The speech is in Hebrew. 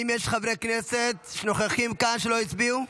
האם יש חברי כנסת שנוכחים כאן ולא הצביעו?